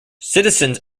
citizens